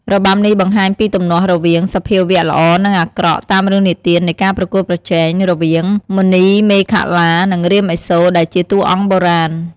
របាំនេះបង្ហាញពីទំនាស់រវាងសភាវៈល្អនិងអាក្រក់ តាមរឿងនិទាននៃការប្រកួតប្រជែងរវាងមណីមេខលា និងរាមឥសូរ ដែលជាតួអង្គបុរាណ។